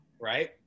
right